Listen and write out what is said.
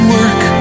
work